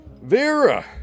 Vera